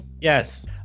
Yes